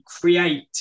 create